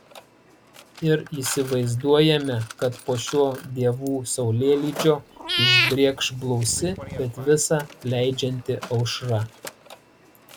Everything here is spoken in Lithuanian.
ir įsivaizduojame kad po šio dievų saulėlydžio išbrėkš blausi bet visa leidžianti aušra